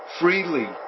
freely